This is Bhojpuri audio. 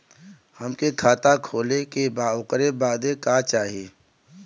हमके खाता खोले के बा ओकरे बादे का चाही?